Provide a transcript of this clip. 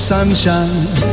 sunshine